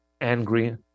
angry